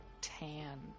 tan